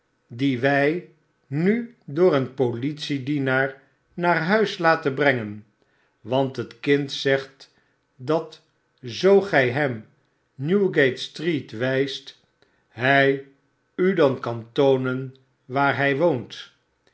dien wij nu door een politiedienaar naar huis laten brengen want het kind zegt dat zoo gij hem newgate street wijst hy u dan kantoonen waar hp woont